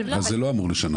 אבל זה לא אמור לשנות.